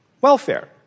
Welfare